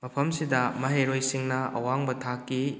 ꯃꯐꯝꯁꯤꯗ ꯃꯍꯩꯔꯣꯏꯁꯤꯡꯅ ꯑꯋꯥꯡꯕ ꯊꯥꯛꯀꯤ